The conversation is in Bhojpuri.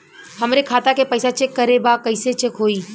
हमरे खाता के पैसा चेक करें बा कैसे चेक होई?